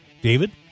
David